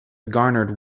garnered